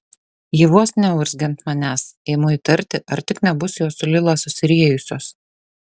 ji vos neurzgia ant manęs imu įtarti ar tik nebus jos su lila susiriejusios